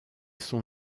sont